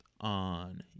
on